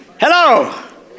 Hello